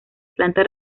planta